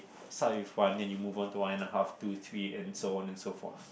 start with one then you move on to one and a half two three and so on and so fourth